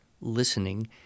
listening